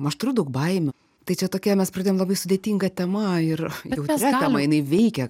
aš turiu daug baimių tai čia tokia mes pradėjom labai sudėtinga tema ir jautria tema jinai veikia